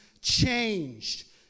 changed